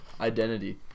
identity